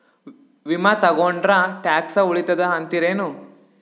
ವಿಮಾ ತೊಗೊಂಡ್ರ ಟ್ಯಾಕ್ಸ ಉಳಿತದ ಅಂತಿರೇನು?